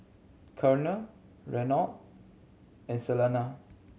Colonel Reynold and Salena